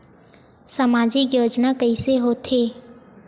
सामजिक योजना कइसे होथे?